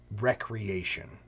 recreation